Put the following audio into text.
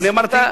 אני אמרתי,